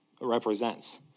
represents